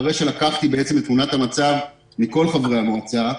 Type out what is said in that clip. אחרי שלקחתי את תמונת המצב מכל חברי המועצה,